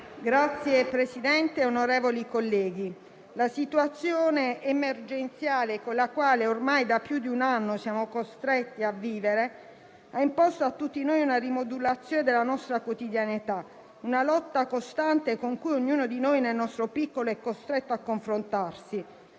Signor Presidente, onorevoli colleghi, la situazione emergenziale nella quale ormai da più di un anno siamo costretti a vivere ha imposto a tutti noi una rimodulazione della nostra quotidianità, una lotta costante con cui ognuno di noi nel nostro piccolo è costretto a confrontarsi.